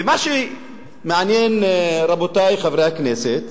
ומה שמעניין, רבותי חברי הכנסת,